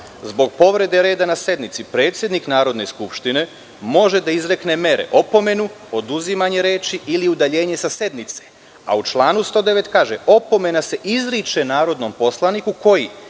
zbog povrede na sednici predsednik Narodne skupštine može da izrekne mere opomenu, oduzimanje reči ili udaljenje sa sednice, a u članu 109. kaže – opomena se izriče narodnom poslaniku koji